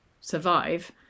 survive